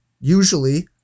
Usually